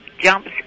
jumps